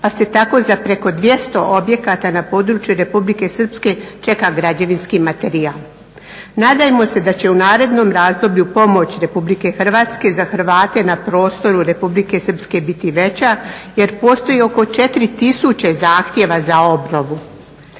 pa se tako za preko 200 objekata na području Republike Srpske čeka građevinski materijal. Nadajmo se da će u narednom razdoblju pomoć Republike Hrvatske za Hrvate na prostoru Republike srpske biti veća jer postoji oko 4000 zahtjeva. Za obnovu